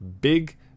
big